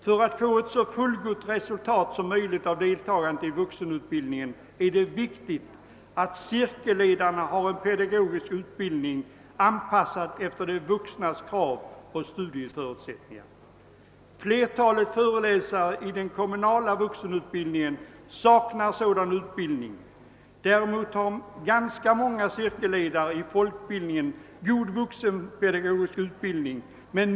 För att få så fullgott resultat som möjligt av deltagande i vuxenutbildning är det viktigt att cirkelledarna har en pedagogisk utbildning, anpassad efter de vuxnas krav och studieförutsättningar. Flertalet föreläsare i den kommunala vuxenutbildningen saknar sådan utbildning. Däremot har ganska många cirkelledare inom folkbildningsverksamheten god vuxenpedagogisk utbildning.